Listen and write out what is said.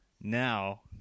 Now